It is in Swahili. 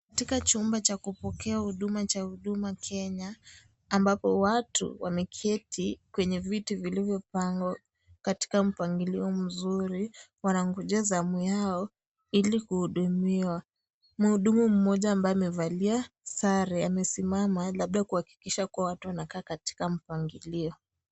Katika chumba cha kupokea huduma cha huduma Kenya, ambapo watu wameketi kwenye viti vilivyopangwa katika mpangilio mzuri wanangojea zamu yao ili kuhudumiwa, muhudumu mmoja ambaye amevalia sare amesimama labda kuhakikisha kuwa watu wanakaa katika mpangilio.